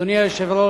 אדוני היושב-ראש,